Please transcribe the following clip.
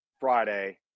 Friday